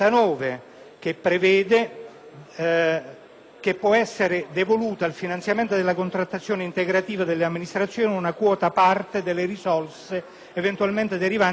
che può essere altresì devoluta al finanziamento della contrattazione integrativa delle amministrazioni una quota parte delle risorse eventualmente derivanti dai risparmi aggiuntivi.